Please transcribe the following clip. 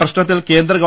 പ്രശ്നത്തിൽ കേന്ദ്ര ഗവ